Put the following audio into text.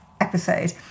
episode